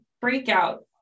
breakout